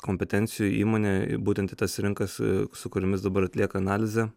kompetencijų įmonę būtent į tas rinkas su kuriomis dabar atlieka analizę